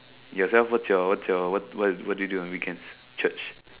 yourself what's your what's your what what what do you do on weekends Church